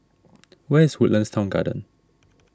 where is Woodlands Town Garden